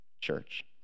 church